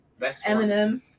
Eminem